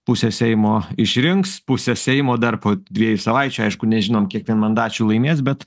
pusę seimo išrinks pusę seimo dar po dviejų savaičių aišku nežinom kiek vienmandačių laimės bet